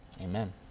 amen